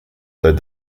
though